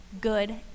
good